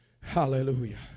Hallelujah